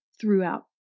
throughout